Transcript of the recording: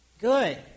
Good